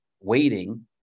waiting